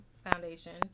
foundation